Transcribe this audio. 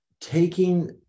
taking